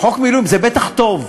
חוק מילואים, וזה בטח טוב.